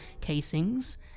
casings